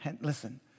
Listen